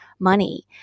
Money